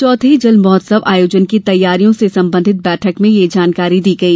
चौथे जल महोत्सव आयोजन की तैयारियों संबंधी बैठक में यह जानकारी दी गई